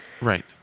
Right